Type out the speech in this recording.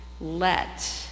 Let